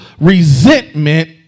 resentment